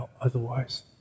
otherwise